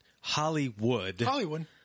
Hollywood